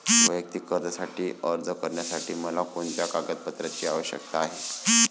वैयक्तिक कर्जासाठी अर्ज करण्यासाठी मला कोणत्या कागदपत्रांची आवश्यकता आहे?